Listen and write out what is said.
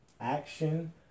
action